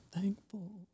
thankful